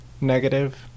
negative